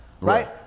right